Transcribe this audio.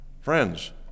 Friends